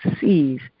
sees